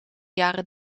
jaren